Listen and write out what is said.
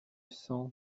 cent